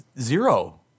Zero